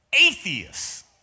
atheists